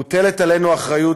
מוטלת עלינו האחריות,